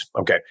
okay